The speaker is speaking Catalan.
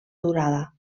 durada